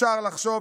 אפשר לחשוב,